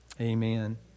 Amen